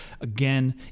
again